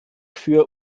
für